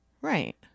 Right